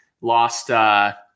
lost